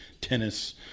tennis